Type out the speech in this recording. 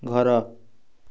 ଘର